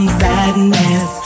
sadness